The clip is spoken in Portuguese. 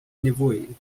nevoeiro